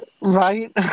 right